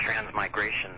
transmigration